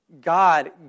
God